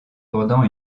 pendant